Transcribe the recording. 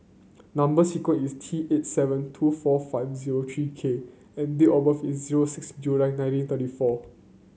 number sequence is T eight seven two four five zero three K and date of birth is zero six July nineteen thirty four